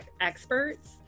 experts